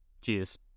Cheers